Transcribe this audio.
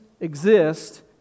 exist